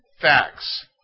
facts